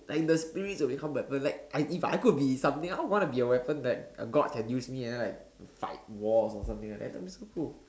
like the spirits will become weapons like I if I could be something I wanna be a weapon that a God can use me and then like fight wars or something like that that would be so cool